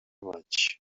maig